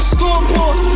Scoreboard